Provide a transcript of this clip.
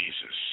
Jesus